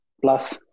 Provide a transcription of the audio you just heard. plus